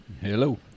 Hello